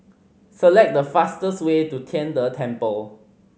select the fastest way to Tian De Temple